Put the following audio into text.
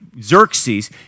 Xerxes